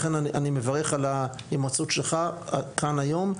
ולכן אני מברך על ההימצאות שלך כאן היום,